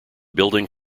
building